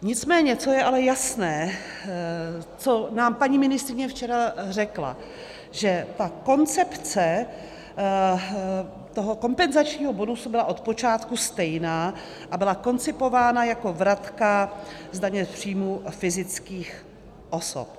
Nicméně co je ale jasné, co nám paní ministryně včera řekla, že ta koncepce kompenzačního bonusu byla od počátku stejná a byla koncipována jako vratka z daně z příjmů fyzických osob.